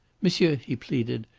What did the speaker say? monsieur, he pleaded,